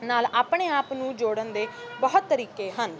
ਨਾਲ ਆਪਣੇ ਆਪ ਨੂੰ ਜੋੜਨ ਦੇ ਬਹੁਤ ਤਰੀਕੇ ਹਨ